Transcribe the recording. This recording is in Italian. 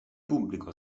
pubblico